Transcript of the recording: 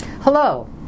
Hello